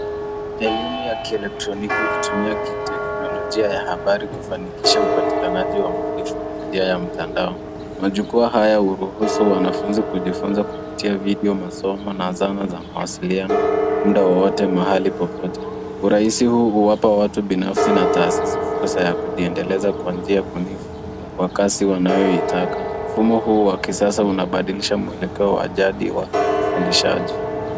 Elimu ya kielectroniki hutumika teknolojia ya habari kufanikisha upatikanaji wa maarifa ya mtandao. Majukwaa haya huruhusu wanafunzi kujifunza kupitia video, masomo za mawasiliano muda wowote mahali popote. Huwapa watu binafsi na taasisi fursa ya kujiendeleza kwa ubunifu kwa kazi wanayoitaka. Mfumo huu wa kisasa unabadilisha mwelekeo wa jadi wa ufundishaji.